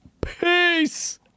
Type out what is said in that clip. Peace